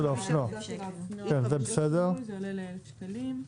קסדה של האופנוע, זה עולה ל-1,000 שקלים.